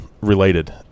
related